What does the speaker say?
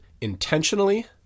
intentionally